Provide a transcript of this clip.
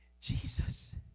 jesus